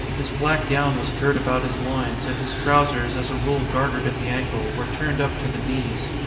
his black gown was girt about his loins, and his trousers, as a rule gartered at the ankle, were turned up to the knees.